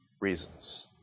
reasons